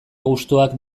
gustuak